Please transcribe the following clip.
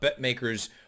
Betmakers